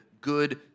good